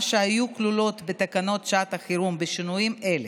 שהיו כלולות בתקנות שעת החירום בשינויים האלה: